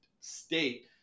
state